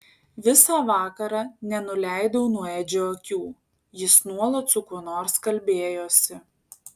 visą vakarą nenuleidau nuo edžio akių jis nuolat su kuo nors kalbėjosi